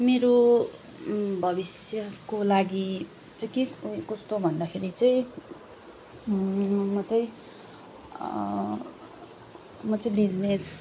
मेरो भविष्यको लागि चाहिँ के उ कस्तो भन्दाखेरि चाहिँ म चाहिँ म चाहिँ बिजनेस